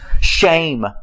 shame